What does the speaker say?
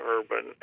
Urban